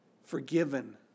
forgiven